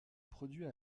produit